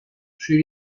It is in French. chez